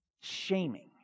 shaming